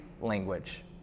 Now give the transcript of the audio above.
language